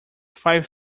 five